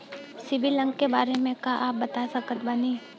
CIBIL अंक के बारे मे का आप बता सकत बानी?